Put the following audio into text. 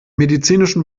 medizinischen